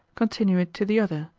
continuate to the other,